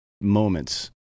moments